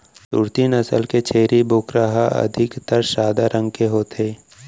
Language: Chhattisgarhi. सूरती नसल के छेरी बोकरा ह अधिकतर सादा रंग के होथे